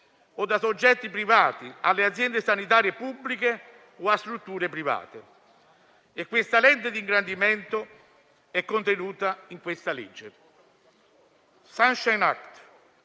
o soggetti privati alle aziende sanitarie pubbliche o a strutture private. Questa lente di ingrandimento è contenuta nel